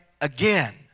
again